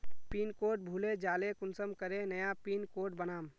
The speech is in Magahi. पिन कोड भूले जाले कुंसम करे नया पिन कोड बनाम?